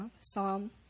psalm